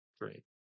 great